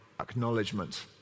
acknowledgement